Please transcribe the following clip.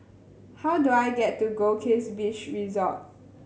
how do I get to Goldkist Beach Resort